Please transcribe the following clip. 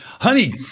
Honey